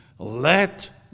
Let